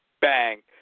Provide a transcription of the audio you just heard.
bang